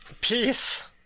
peace